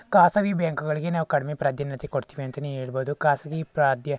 ಖಾಸಗಿ ಬ್ಯಾಂಕುಗಳಿಗೆ ನಾವು ಕಡಿಮೆ ಪ್ರಾಧಾನ್ಯತೆ ಕೊಡ್ತೀವಿ ಅಂತನೇ ಹೇಳ್ಬೋದು ಖಾಸಗಿ ಪ್ರಾದ್ಯ